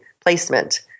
placement